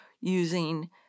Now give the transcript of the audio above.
using